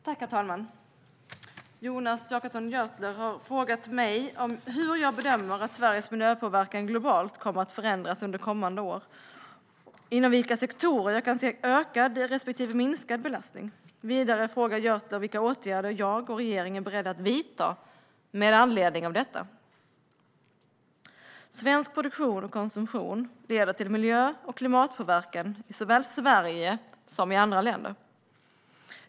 Herr talman! Jonas Jacobsson Gjörtler har frågat mig hur jag bedömer att Sveriges miljöpåverkan globalt kommer att förändras under kommande år och inom vilka sektorer jag kan se en ökad respektive minskad belastning. Vidare frågar Gjörtler vilka åtgärder jag och regeringen är beredda att vidta med anledning av detta. Svensk produktion och konsumtion leder till miljö och klimatpåverkan såväl i Sverige som i andra länder.